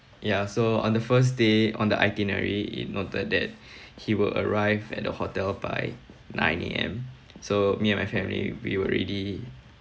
ya so on the first day on the itinerary it noted that he will arrive at the hotel by nine A_M so me and my family we were ready